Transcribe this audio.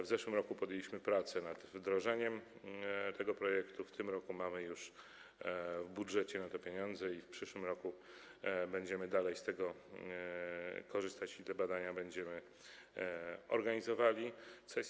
W zeszłym roku podjęliśmy prace nad wdrożeniem tego projektu, w tym roku mamy już w budżecie na to pieniądze i w przyszłym roku będziemy nadal z tego korzystać i będziemy organizowali te badania.